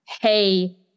hey